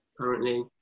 currently